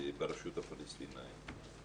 ברשות הפלסטינית.